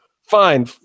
Fine